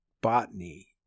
botany